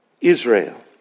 Israel